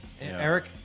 Eric